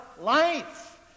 life